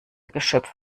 geschöpf